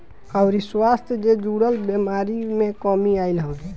अउरी स्वास्थ्य जे जुड़ल बेमारी में कमी आईल हवे